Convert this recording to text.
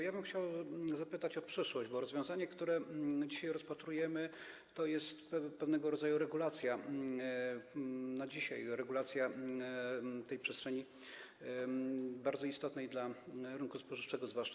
Ja bym chciał zapytać o przyszłość, bo rozwiązanie, które dzisiaj rozpatrujemy, to jest pewnego rodzaju regulacja na dzisiaj, ale regulacja przestrzeni bardzo istotnej, dla rynku spożywczego zwłaszcza.